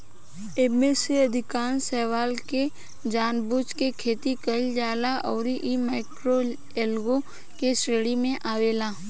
एईमे से अधिकांश शैवाल के जानबूझ के खेती कईल जाला अउरी इ माइक्रोएल्गे के श्रेणी में आवेला